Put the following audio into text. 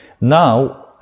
now